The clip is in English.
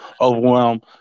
overwhelm